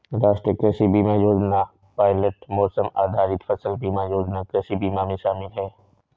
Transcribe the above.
राष्ट्रीय कृषि बीमा योजना पायलट मौसम आधारित फसल बीमा योजना कृषि बीमा में शामिल है